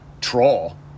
troll